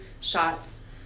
shots